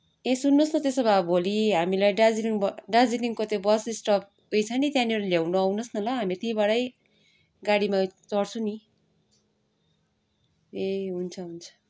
ए सुन्नुहोस् न त्यसो भए भोलि हामीलाई दार्जिलिङ ब दार्जिलिङको त्यो बस स्टप उयो छ नि त्यहाँनिर ल्याउनु आउनुहोस् न ल हामी त्यहीँबाटै गाडीमा चढ्छौँ नि ए हुन्छ हुन्छ